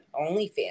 OnlyFans